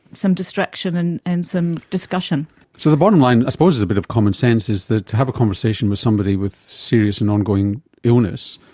some distraction and and some discussion. so the bottom line, i suppose it's a bit of common sense, is that to have a conversation with somebody with serious and ongoing illness,